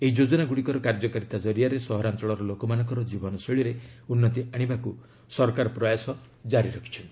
ଏହି ଯୋଜନାଗୁଡ଼ିକର କାର୍ଯ୍ୟକାରିତା ଜରିଆରେ ସହରାଞ୍ଚଳର ଲୋକମାନଙ୍କର ଜୀବନଶୈଳୀରେ ଉନ୍ନତି ଆଶିବାକୁ ସରକାର ପ୍ରୟାସ ଜାରି ରଖିଛନ୍ତି